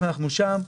לפעמים אנחנו שם.